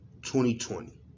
2020